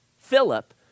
Philip